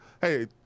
hey